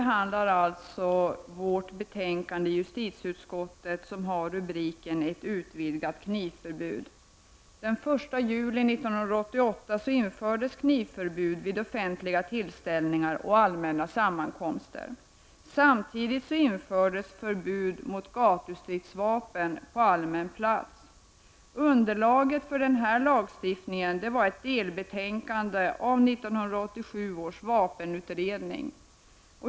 Herr talman! Justitieutskottets betänkande nr 35, som vi nu behandlar, har rubriken Ett utvidgat knivförbud. Underlaget för denna lagstiftning var ett delbetänkande av 1987 års vapenutredning.